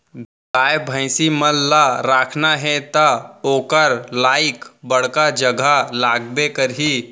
गाय भईंसी मन ल राखना हे त ओकर लाइक बड़का जघा लागबे करही